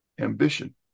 ambition